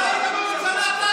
אתה היית בממשלה.